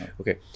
Okay